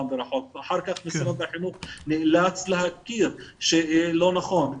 מרחוק ואחר כך משרד החינוך נאלץ להכיר שזה לא נכון,